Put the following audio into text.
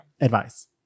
advice